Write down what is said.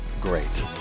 great